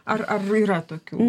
ar ar jau yra tokių